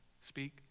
speak